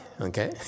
Okay